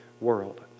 world